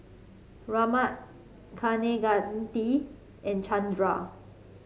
Ramnath Kaneganti and Chandra